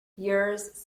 yours